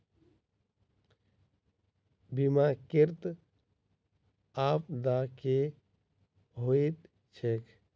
बीमाकृत आपदा की होइत छैक?